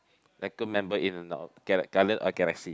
like a member in Guardian of Galaxy